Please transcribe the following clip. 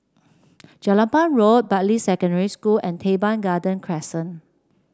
Jelapang Road Bartley Secondary School and Teban Garden Crescent